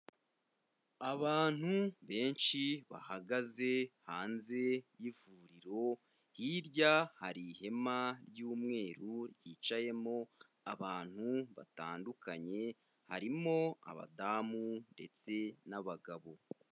Abantu benshi bahagaze hanze y'ivuriro, hirya hari ihema ry'umweru ryicayemo abantu batandukanye harimo: abadamu ndetse n'abagabo.